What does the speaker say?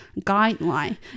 guideline